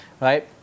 right